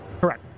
Correct